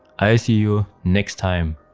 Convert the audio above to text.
i'll see you next time.